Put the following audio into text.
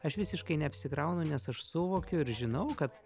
aš visiškai neapsikraunu nes aš suvokiu ir žinau kad